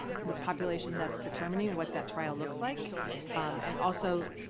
in the population that's determining what that trial looks like and also,